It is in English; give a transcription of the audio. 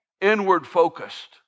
Inward-focused